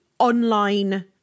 online